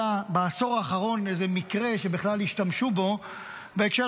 אם היה בעשור האחרון איזה מקרה שבכלל השתמשו בו בהקשר